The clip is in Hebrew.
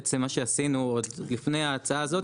בעצם מה שעשינו עוד לפני ההצעה הזאת,